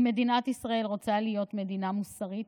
אם מדינת ישראל רוצה להיות מדינה מוסרית,